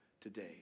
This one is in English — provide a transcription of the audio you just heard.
today